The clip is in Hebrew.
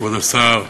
כבוד השר,